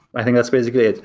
i think that's basically it.